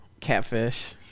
catfish